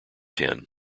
ten